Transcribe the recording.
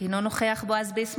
אינו נוכח אביחי אברהם בוארון,